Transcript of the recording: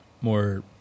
more